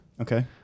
Okay